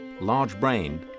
large-brained